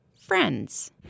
Friends